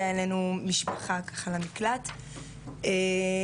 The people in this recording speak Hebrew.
האישה ידעה ככה להצביע על זה, אבל הילדים לא.